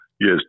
Yes